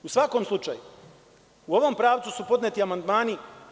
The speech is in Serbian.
U svakom slučaju, u ovom pravcu su podneti amandmani.